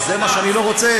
אבל זה מה שאני לא רוצה.